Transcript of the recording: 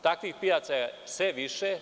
Takvih pijaca je sve više.